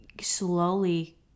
slowly